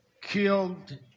killed